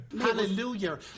Hallelujah